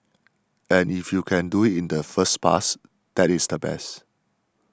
and if you can do it in the first pass that is the best